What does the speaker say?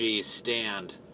stand